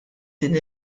din